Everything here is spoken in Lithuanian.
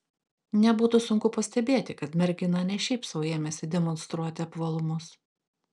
nebūtų sunku pastebėti kad mergina ne šiaip sau ėmėsi demonstruoti apvalumus